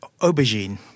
aubergine